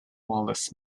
whilst